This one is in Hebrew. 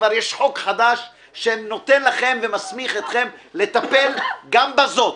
וכבר יש חוק חדש שמסמיך אתכם לטפל גם בזאת,